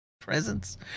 presence